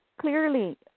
clearly